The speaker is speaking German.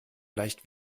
leicht